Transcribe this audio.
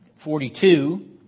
Forty-two